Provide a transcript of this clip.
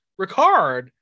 Ricard